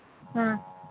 ꯎꯝ